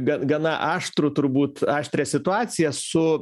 bet gana aštrų turbūt aštrią situaciją su